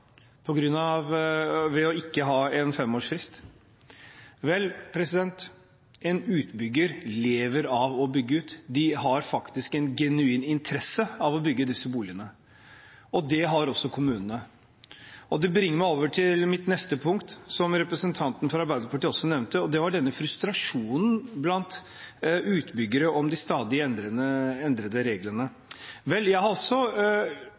ikke har en femårsfrist. Vel, en utbygger lever av å bygge ut. De har faktisk en genuin interesse av å bygge disse boligene, og det har også kommunene. Det bringer meg over til mitt neste punkt, som representanten fra Arbeiderpartiet også nevnte, nemlig denne frustrasjonen blant utbyggere om de stadig endrede reglene. Jeg har også